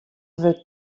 wurdt